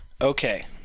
Okay